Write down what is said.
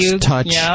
touch